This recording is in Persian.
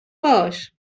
باش